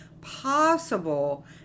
possible